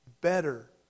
better